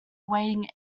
awaiting